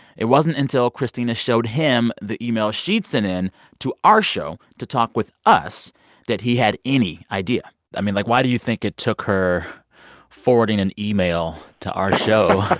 it wasn't until christina showed him the email she'd sent in to our show to talk with us that he had any idea i mean, like, why do you think it took her forwarding an email to our show.